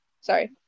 sorry